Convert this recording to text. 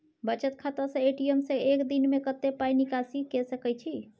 बचत खाता स ए.टी.एम से एक दिन में कत्ते पाई निकासी के सके छि?